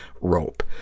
rope